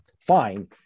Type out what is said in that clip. fine